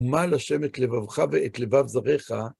ומל ה׳ את לבבך ואת לבב זרעך